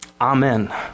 amen